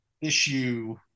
issue